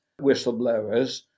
whistleblowers